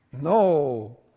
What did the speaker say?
No